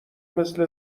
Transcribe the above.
مثل